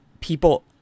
people